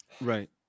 Right